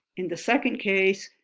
in the second case,